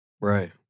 Right